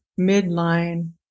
midline